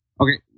Okay